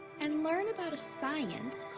and learn about science,